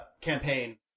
campaign